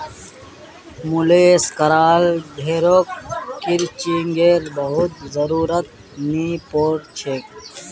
मुलेस कराल भेड़क क्रचिंगेर बहुत जरुरत नी पोर छेक